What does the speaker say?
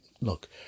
Look